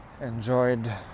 enjoyed